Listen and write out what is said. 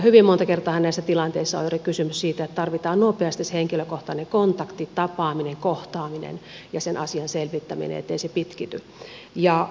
hyvin monta kertaahan näissä tilanteissa on juuri kysymys siitä että tarvitaan nopeasti se henkilökohtainen kontakti tapaaminen kohtaaminen ja sen asian selvittäminen ettei se pitkity